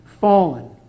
fallen